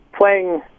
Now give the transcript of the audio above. playing